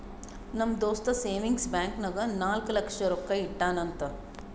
ನಮ್ ದೋಸ್ತ savings bank ನಾಗ್ ನಾಲ್ಕ ಲಕ್ಷ ರೊಕ್ಕಾ ಇಟ್ಟಾನ್ ಅಂತ್